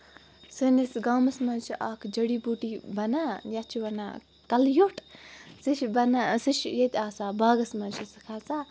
سٲنِس گامَس منٛز چھِ اکھ جٔڑی بوٗٹی بَنان یَتھ چھِ وَنان کَلہٕ ویوٚٹھ سُہ چھُ ییٚتہِ آسان باغَس منٛز چھُ سُہ کھسان